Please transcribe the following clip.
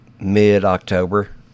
mid-october